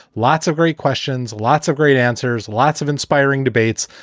lots of great questions, lots of great answers, lots of inspiring debates.